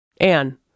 Anne